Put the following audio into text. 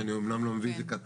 שאני אומנם לא מביא את זה כתוב,